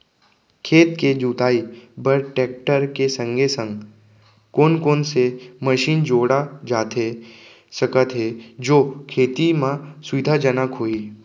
खेत के जुताई बर टेकटर के संगे संग कोन कोन से मशीन जोड़ा जाथे सकत हे जो खेती म सुविधाजनक होही?